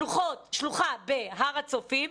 בהר הצופים,